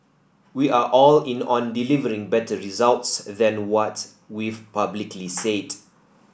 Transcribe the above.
we are all in on delivering better results than what we've publicly said